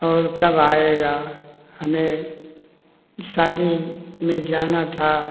और कब आएगा हमें शादी में जाना था